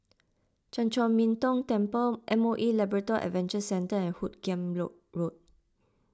Chan Chor Min Tong Temple M O E Labrador Adventure Centre and Hoot Kiam Road Road